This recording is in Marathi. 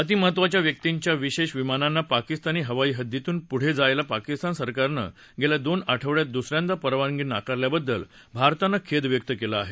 अतिमहत्त्वाच्या व्यक्तींच्या विशेष विमानांना पाकिस्तानी हवाईहद्दीतून पुढे जायला पाकिस्तान सरकारनं गेल्या दोन आठवड्यात दुसऱ्यांदा परवानगी नाकारल्याबद्दल भारतानं खेद व्यक्त केला आहे